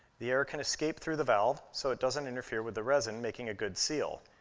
the air can escape through the valve so it doesn't interfere with the resin, making a good seal.